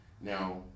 Now